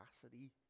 capacity